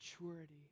maturity